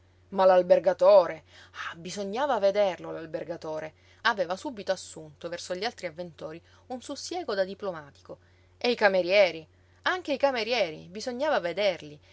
ma l'albergatore ah bisognava vederlo l'albergatore aveva subito assunto verso gli altri avventori un sussiego da diplomatico e i camerieri anche i camerieri bisognava vederli